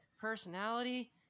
personality